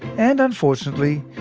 and unfortunately,